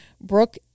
Brooke